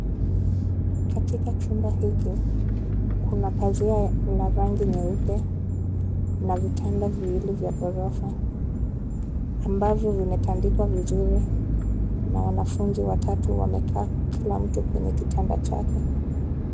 Katika chumba hiki, kuna pazia la rangi nyeupe na vitanda viwili vya ghorofa ambavyo vimetandikwa vizuri na wanafunzi watatu wamekaa kila mtu kwenye kitanda chake.